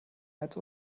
als